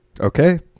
Okay